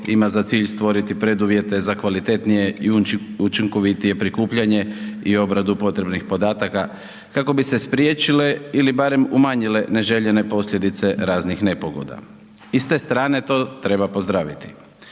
ima za cilj stvoriti preduvjete za kvalitetnije i učinkovitije prikupljanje i obradu potrebnih podataka kako bi se spriječile ili barem umanjile neželjene posljedice raznih nepogoda i s te strane to treba pozdraviti